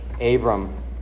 Abram